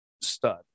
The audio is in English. stud